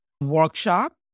workshop